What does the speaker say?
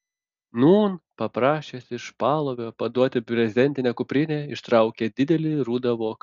nūn paprašęs iš palovio paduoti brezentinę kuprinę ištraukė didelį rudą voką